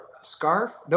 Scarf